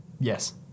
Yes